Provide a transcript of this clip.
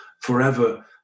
forever